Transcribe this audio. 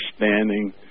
understanding